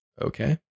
okay